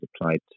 applied